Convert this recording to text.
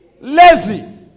lazy